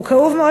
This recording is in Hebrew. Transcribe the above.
זה הכול.